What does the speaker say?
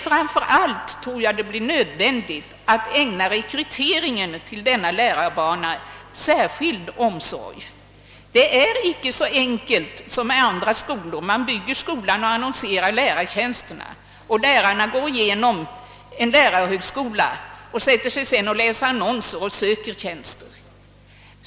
Framför allt tror jag dock det är nödvändigt att ägna särskild omsorg åt rekryteringen till denna lärarbana. Det är inte så enkelt som i andra fall, där man byggt en skola och sedan annonserar ut lärartjänsterna. Lärarna går igenom en lärarhögskola och sätter sig sedan att läsa annonser och söka tjänster.